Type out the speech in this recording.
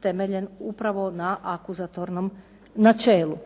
temeljen upravo na akuzatornom načelu.